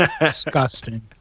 Disgusting